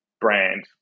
brand